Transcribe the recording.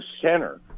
center